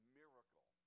miracle